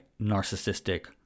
narcissistic